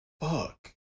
fuck